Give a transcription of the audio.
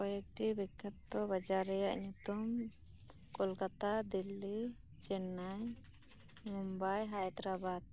ᱠᱚᱭᱮᱠᱴᱤ ᱵᱤᱠᱷᱟᱛᱚ ᱵᱟᱡᱟᱨ ᱨᱮᱭᱟᱜ ᱧᱩᱛᱩᱢ ᱠᱳᱞᱠᱟᱛᱟ ᱫᱤᱞᱞᱤ ᱪᱮᱱᱱᱟᱭ ᱢᱩᱢᱵᱟᱭ ᱦᱟᱭᱫᱨᱟᱵᱟᱫᱽ